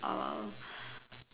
um